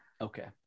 Okay